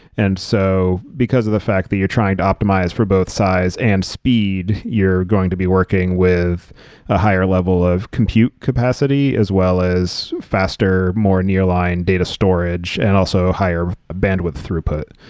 and so, because of the fact that you're trying optimize for both size and speed, you're going to be working with a higher level of compute capacity as well as faster, more near line data storage and also higher bandwidth throughput.